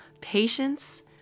patience